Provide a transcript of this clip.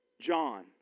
John